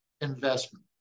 investment